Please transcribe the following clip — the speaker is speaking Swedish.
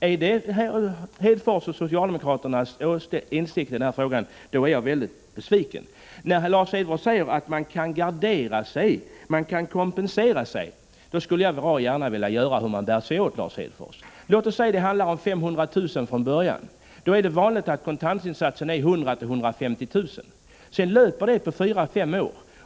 Är detta Lars Hedfors och övriga socialdemokraters inställning i den här frågan är jag besviken! När Lars Hedfors säger att man kan kompensera sig, skulle jag gärna vilja veta hur man bär sig åt. Låt oss säga att det handlar om 500 000 kr. från början. Då är det vanligt att kontantinsatsen är mellan 100 000 och 150 000 kr. Sedan löper skulden på 4-5 år.